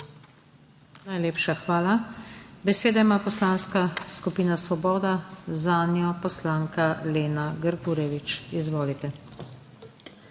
Najlepša hvala. Besedo ima Poslanska skupina Svoboda, zanjo poslanka Lena Grgurevič. Izvolite.